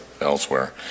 elsewhere